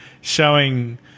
showing